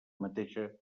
mateixa